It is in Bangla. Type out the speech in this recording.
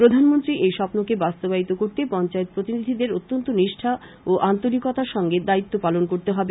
প্রধানমন্ত্রী এই স্বপ্নকে বাস্তবায়িত করতে পঞ্চায়েত প্রতিনিধিদের অত্যন্ত নিষ্ঠা ও আন্তরিকতার সঙ্গে দায়িত্ব পালন করতে হবে